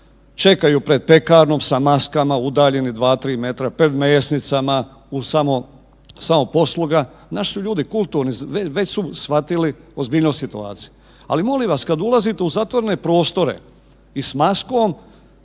čekaju pred pekarnom sa maskama udalji dva, tri metra, pred mesnicama, samoposluga, naši su ljudi kulturni, već su shvatili ozbiljnost situacije. Ali molim vas kada ulazite u zatvorene prostore i s maskom